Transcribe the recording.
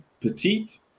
petite